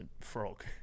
frog